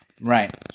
right